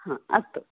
अस्तु